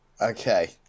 Okay